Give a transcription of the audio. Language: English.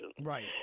Right